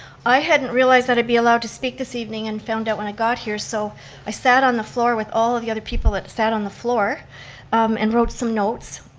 i hadn't realized that i'd be allowed to speak this evening and found out when i got here, so i sat on the floor with all of the other people that sat on the floor and wrote some notes.